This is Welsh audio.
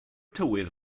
tywydd